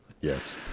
yes